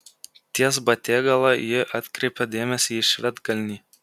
ties batėgala ji atkreipė dėmesį į švedkalnį